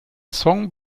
song